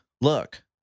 look